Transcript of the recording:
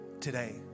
today